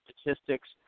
statistics